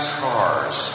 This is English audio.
cars